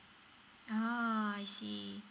uh I see